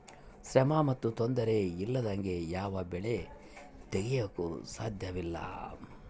ಶ್ರಮ ಮತ್ತು ತೊಂದರೆ ಇಲ್ಲದಂಗೆ ಯಾವ ಬೆಳೆ ತೆಗೆಯಾಕೂ ಸಾಧ್ಯಇಲ್ಲ